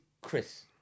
Chris